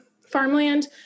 farmland